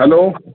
hello